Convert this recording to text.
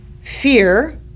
Fear